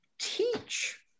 teach